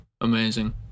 Amazing